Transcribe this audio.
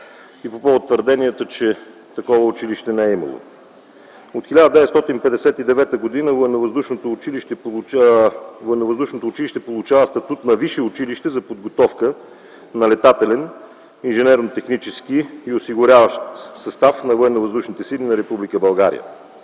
по повод на твърденията, че такова училище не е имало. От 1959 г. Военновъздушното училище получава статут на висше училище за подготовка на летателен инженерно-технически и осигуряващ състав на Военновъздушните